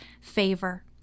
favor